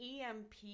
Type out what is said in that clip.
EMP